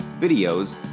videos